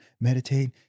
meditate